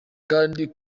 kandi